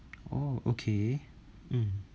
oh okay um